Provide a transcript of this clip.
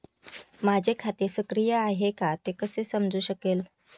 माझे खाते सक्रिय आहे का ते कसे समजू शकेल?